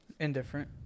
Indifferent